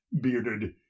bearded